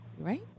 Right